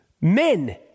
men